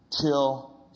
till